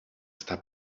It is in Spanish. esta